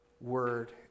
word